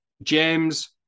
James